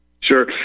sure